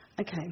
Okay